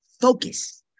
Focus